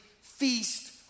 feast